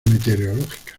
meteorológicas